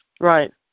right